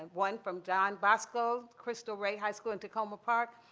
one from don bosco, christo rey high school in tacoma park.